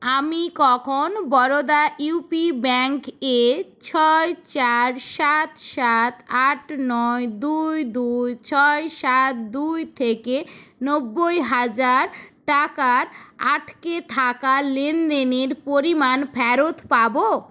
আমি কখন Baroda U P bank এ ছয় চার সাত সাত আট নয় দুই দুই ছয় সাত দুই থেকে নব্বই হাজার টাকার আটকে থাকা লেনদেনের পরিমাণ ফেরত পাবো